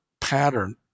pattern